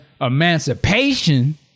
Emancipation